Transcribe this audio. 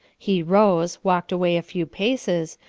he rose, walked away a few paces,